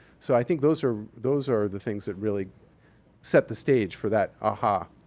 so, i think those are those are the things that really set the stage for that aha.